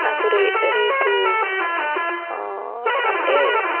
నాకు రే రేపు అంటే